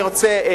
אני רוצה,